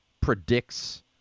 predicts